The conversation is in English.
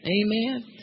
Amen